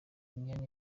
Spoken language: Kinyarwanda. imyanya